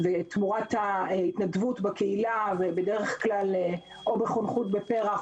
תמורת ההתנדבות בקהילה או בחונכות בפר"ח